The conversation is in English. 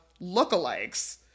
lookalikes